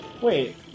wait